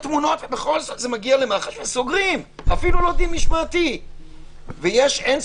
סוף סוף אתה אומר דבר נכון.